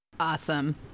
Awesome